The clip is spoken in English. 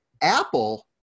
Apple